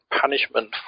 punishment